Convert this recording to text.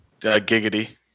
Giggity